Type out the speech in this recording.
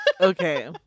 Okay